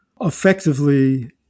effectively